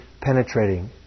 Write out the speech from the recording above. penetrating